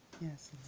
Yes